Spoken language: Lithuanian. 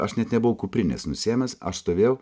aš net nebuvau kuprinės nusiėmęs aš stovėjau